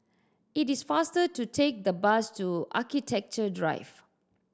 it is faster to take the bus to Architecture Drive